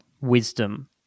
wisdom